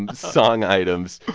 and song items.